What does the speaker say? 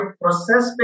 process